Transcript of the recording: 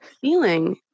feeling